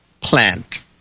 plant